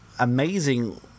Amazing